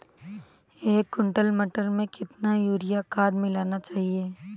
एक कुंटल मटर में कितना यूरिया खाद मिलाना चाहिए?